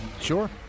Sure